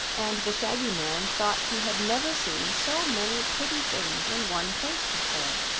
and the shaggy man thought he had never seen so many pretty things in one place before.